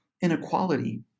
inequality